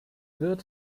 wird